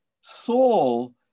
Saul